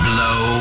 Blow